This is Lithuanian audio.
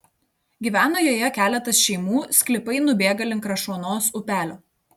gyvena joje keletas šeimų sklypai nubėga link krašuonos upelio